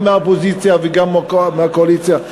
גם מהאופוזיציה וגם מהקואליציה,